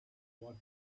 what